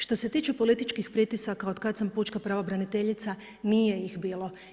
Što se tiče političkih pritisaka od kad sam pučka pravobraniteljica nije ih bilo.